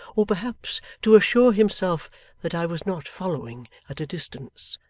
or perhaps to assure himself that i was not following at a distance.